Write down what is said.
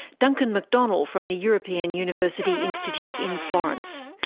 duncan mcdonnell, from the european university institute in florence.